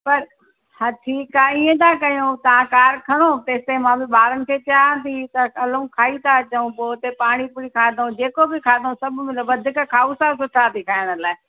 पर हा ठीक आहे इह था कयूं तव्हां कार खणो तेसि ताईं मां बि ॿारनि खे चयाव थी त हलूं खाई था अचूं पोइ उते पाणी पूरी खादऊं जेको बि खादऊं सभु मिलंदो वधीक खावसा सुठा थई खाइण लाइ